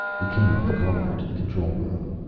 we came up the corridor to the control room.